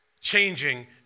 changing